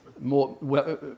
more